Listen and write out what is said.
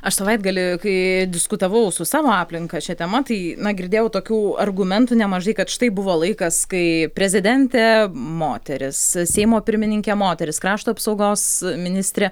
aš savaitgalį kai diskutavau su savo aplinka šia tema tai na girdėjau tokių argumentų nemažai kad štai buvo laikas kai prezidentė moteris seimo pirmininkė moteris krašto apsaugos ministrė